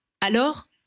Alors